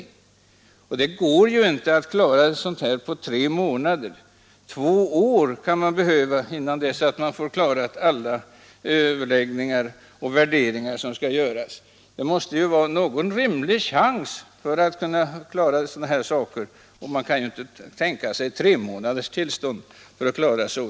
Det går ju inte att klara en sammanläggning på tre månader. Två år kan man behöva för att klara alla överläggningar och värderingar som skall göras. Det måste finnas en rimlig chans att klara sådana saker; man kan inte tänka sig tremånaderstillstånd.